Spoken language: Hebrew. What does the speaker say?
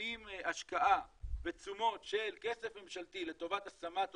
ושמים השקעה ותשומות של כסף ממשלתי לטובת השמת עובדים,